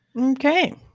okay